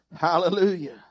Hallelujah